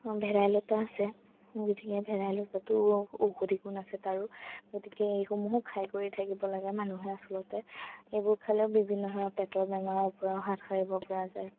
ভেদাইলতা আছে গতিকে ভেদাইলতাতো ঔষধি গুণ আছে তাৰো গতিকে এইসমূহো খায় কৰি থাকিব লাগে মানুহে আচলতে এইবোৰ খালেও বিভিন্ন ধৰণৰ পেটৰ বেমাৰৰ পৰাও হাত সাৰিব পৰা যায়